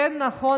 נכון,